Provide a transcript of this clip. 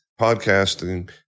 podcasting